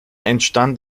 entstand